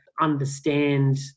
understand